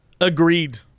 Agreed